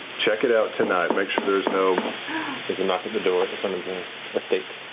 check it out tonight, make sure there's no there's a knock at the door at the front of the estate,